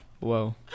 Whoa